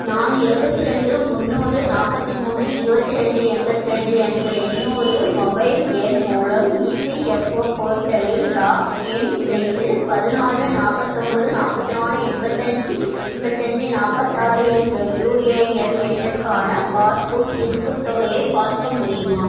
நான் எழுபத்தி ரெண்டு முன்னூறு நாற்பத்தி மூணு இருபத்தி ரெண்டு எண்பத்து ரெண்டு என்ற இன்னொரு மொபைல் எண் மூலம் இபிஎஃப்ஒ போர்ட்டலில் லாக்இன் செய்து பதினாறு நாற்பத்தொம்போது நாற்பத்து நாலு எண்பத்து அஞ்சு எண்பத்து அஞ்சு நாற்பத்தாறு என்ற யுஎஎன் எண்ணுக்கான பாஸ்புக் இருப்புத் தொகையைப் பார்க்க முடியுமா